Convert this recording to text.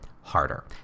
harder